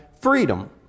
freedom